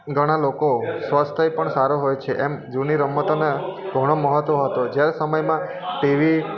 ઘણા લોકો સ્વાસ્થ્ય પણ સારું હોય છે એમ જૂની રમતોને ઘણું મહત્ત્વ હોતું હોય જ્યારે સમયમાં ટીવી